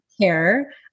care